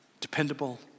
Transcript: dependable